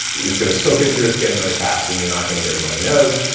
it's going to soak into your skin really fast and you're not going to get a runny nose,